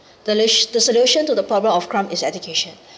the lut~ the solution to the problem of crime is education